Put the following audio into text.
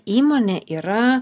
įmonė yra